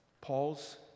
Paul's